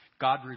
God